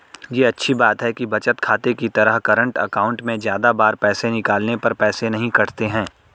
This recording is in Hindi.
ये अच्छी बात है कि बचत खाते की तरह करंट अकाउंट में ज्यादा बार पैसे निकालने पर पैसे नही कटते है